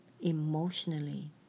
emotionally